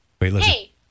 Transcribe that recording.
Hey